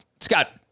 Scott